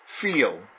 feel